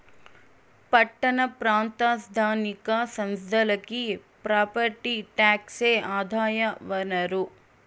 పట్టణ ప్రాంత స్థానిక సంస్థలకి ప్రాపర్టీ టాక్సే ఆదాయ వనరు